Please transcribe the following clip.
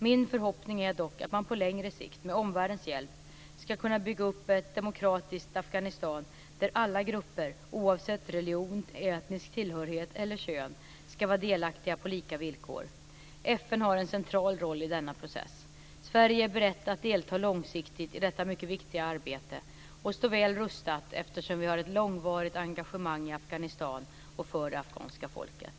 Min förhoppning är dock att man på längre sikt, med omvärldens hjälp, ska kunna bygga upp ett demokratiskt Afghanistan där alla grupper, oavsett religion, etnisk tillhörighet eller kön, ska vara delaktiga på lika villkor. FN har en central roll i denna process. Sverige är berett att delta långsiktigt i detta mycket viktiga arbete och står väl rustat för detta, eftersom vi har ett långvarigt engagemang i Afghanistan och för det afghanska folket.